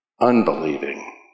Unbelieving